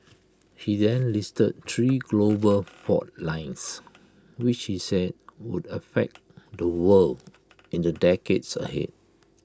he then listed three global fault lines which he said would affect the world in the decades ahead